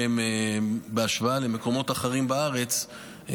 בהשוואה למקומות אחרים בארץ,